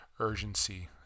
urgency